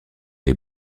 les